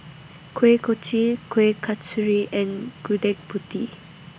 Kuih Kochi Kueh Kasturi and Gudeg Putih